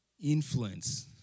Influence